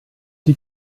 die